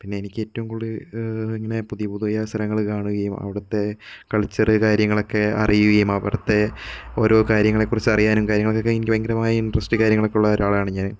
പിന്നെ എനിക്ക് ഏറ്റവും കൂടുതൽ ഇങ്ങനെ പുതിയ പുതിയ സ്ഥലങ്ങൾ കാണുകയും അവിടുത്തെ കൾച്ചറ് കാര്യങ്ങളൊക്കെ അറിയുകയും അവിടുത്തെ ഓരോ കാര്യങ്ങളെക്കുറിച്ച് അറിയാനും കാര്യങ്ങളൊക്കെ എനിക്ക് ഭയങ്കരമായ ഇൻട്രസ്റ്റും കാര്യങ്ങളൊക്കെ ഉള്ള ഒരാളാണ് ഞാൻ